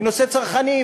היא נושא צרכני,